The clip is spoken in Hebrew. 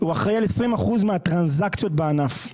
הוא אחראי על 20% מהטרנזקציות בענף.